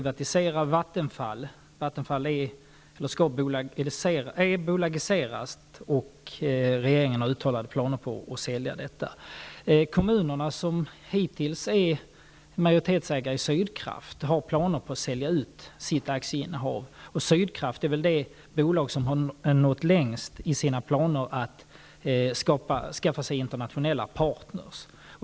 Vattenfall är bolagiserat, och regeringen har uttalade planer på att sälja bolaget. Kommunerna, som hittills är majoritetsägare i Sydkraft, har planer på att sälja ut sitt aktieinnehav. Sydkraft är väl det bolag som har nått längst i sina planer att skaffa sig internationella partners.